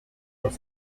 dix